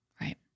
Right